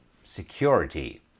security